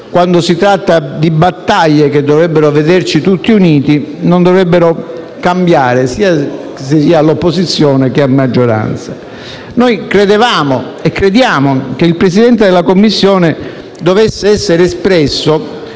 quando si tratta di battaglie che dovrebbero vederci tutti uniti, non dovrebbero cambiare, sia che si stia all'opposizione che nella maggioranza. Noi credevamo - e crediamo - che il Presidente della Commissione dovesse essere espresso